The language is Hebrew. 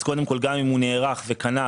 גם אם הוא נערך וקנה,